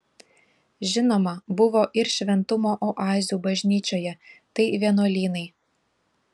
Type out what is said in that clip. žinoma buvo ir šventumo oazių bažnyčioje tai vienuolynai